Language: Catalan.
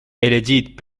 elegit